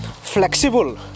flexible